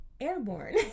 airborne